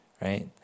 right